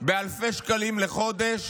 באלפי שקלים לחודש